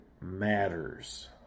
matters